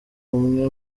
umwe